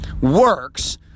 works